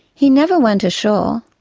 he never went ashore,